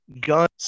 guns